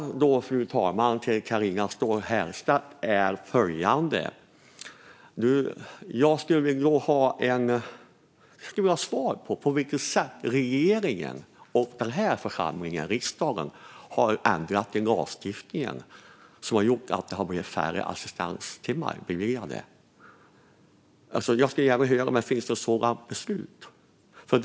Min fråga till Carina Ståhl Herrstedt är följande: På vilket sätt har regeringen och denna församling, riksdagen, ändrat i lagstiftningen så att det har blivit färre assistanstimmar beviljade? Jag skulle gärna vilja höra om det finns ett sådant beslut. Fru talman!